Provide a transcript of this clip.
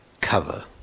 cover